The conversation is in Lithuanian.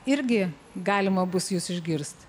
irgi galima bus jus išgirst